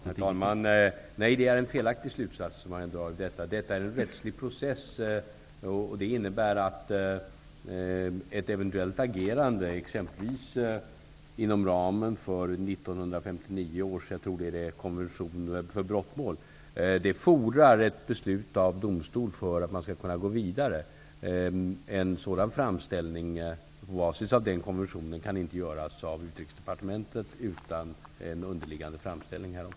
Herr talman! Det är en felaktig slutsats som Jan Jennehag drar. Detta är en rättslig process, och det innebär att det för ett eventuellt agerande, exempelvis inom ramen för 1959 års konvention för brottmål, fordras ett beslut av domstol för att man skall kunna gå vidare. En sådan framställning på basis av den konventionen kan inte göras av Utrikesdepartementet utan en underliggande framställning härom.